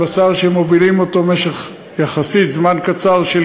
שזה בשר שמובילים אותו במשך זמן קצר יחסית,